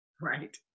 Right